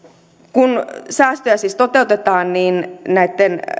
kun säästöjä siis toteutetaan niin näitten